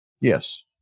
Yes